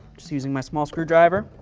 just using my small screwdriver.